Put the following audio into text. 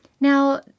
Now